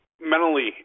mentally